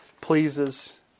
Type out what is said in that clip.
pleases